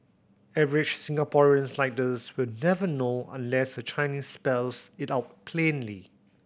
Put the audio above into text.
average Singaporeans like us will never know unless the Chinese spells it out plainly